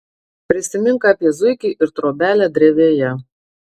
prisimink apie zuikį ir trobelę drevėje